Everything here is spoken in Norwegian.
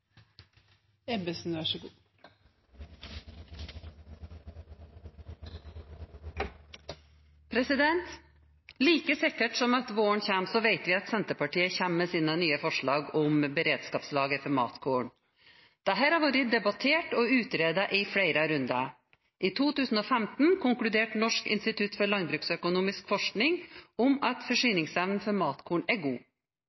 Like sikkert som at våren kommer, vet vi at Senterpartiet kommer med sine nye forslag om beredskapslager for matkorn. Dette har vært debattert og utredet i flere runder. I 2015 konkluderte Norsk institutt for landbruksøkonomisk forskning med at